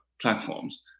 platforms